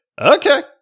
okay